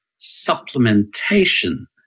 supplementation